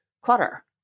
clutter